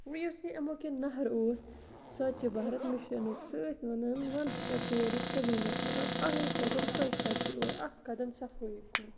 وٕ یُس یہِ اَمیُک یہِ نَہَر اوس سۄچہِ بھارَت مِشَنُک سُہ ٲسۍ وَنان وَن سٹیٚپ ٹُوٲڈٕس کٕلیٖنَس مطلب اَکھے قدم سۄچتہ کی اور اَکھ قدم صفٲیی کُن